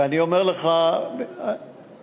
ואני אומר לך שכאתר,